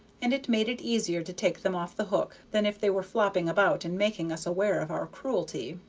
and it made it easier to take them off the hook than if they were flopping about and making us aware of our cruelty.